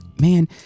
man